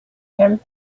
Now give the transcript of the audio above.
him